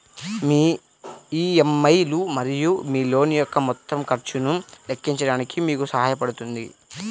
మీ EMI లు మరియు మీ లోన్ యొక్క మొత్తం ఖర్చును లెక్కించడానికి మీకు సహాయపడుతుంది